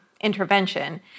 intervention